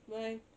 bye